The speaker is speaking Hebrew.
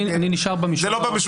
זה לא במשותפת,